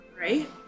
Right